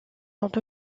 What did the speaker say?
ont